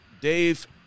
Dave